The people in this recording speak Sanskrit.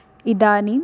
इदानीं